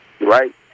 right